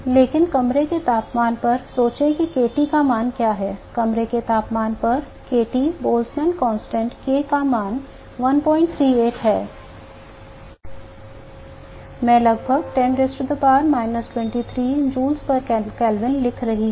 लेकिन कमरे के तापमान पर सोचें kT का मान क्या है कमरे के तापमान पर kT बोल्ट्ज़मान कांस्टेंट k का मान 138 है मैं लगभग 10 23 जूल प्रति केल्विन लिख रहा हूं